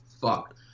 fuck